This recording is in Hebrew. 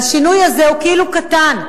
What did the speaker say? והשינוי הזה הוא כאילו קטן,